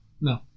No